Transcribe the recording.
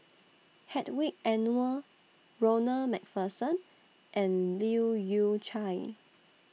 Hedwig Anuar Ronald MacPherson and Leu Yew Chye